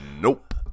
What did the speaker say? Nope